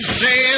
say